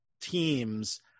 teams